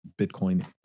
bitcoin